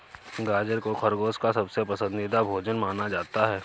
गाजर को खरगोश का सबसे पसन्दीदा भोजन माना जाता है